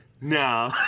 no